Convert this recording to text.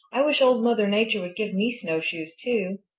i wish old mother nature would give me snowshoes too.